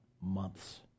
months